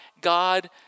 God